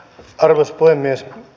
arvoisa puhemies